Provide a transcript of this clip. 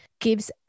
gives